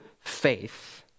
faith